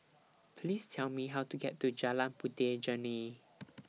Please Tell Me How to get to Jalan Puteh Jerneh